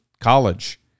college